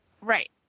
Right